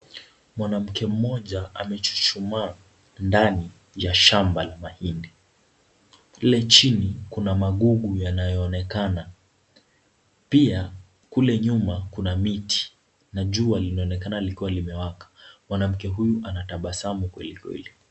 Mwanamke mmoja amechuchumaa ndani ya shamba la mahindi. Kule chini kumna magugu yanayoonekana. Pia kule nyuma kuna miti na jua linaonekana likiwa limewaka. Mwanamke huyu anatabasamu kwelikweli.